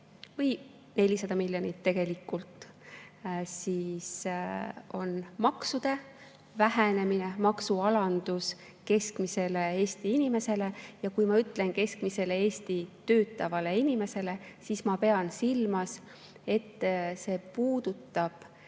400 miljonit tegelikult, on maksude vähenemine, maksualandus keskmisele Eesti inimesele. Ja kui ma ütlen keskmisele Eesti töötavale inimesele, siis ma pean silmas seda, et see puudutab